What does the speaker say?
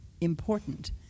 important